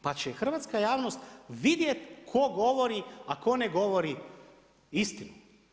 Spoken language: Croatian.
Pa će hrvatska javnost vidjet tko govori a ko ne govori istinu.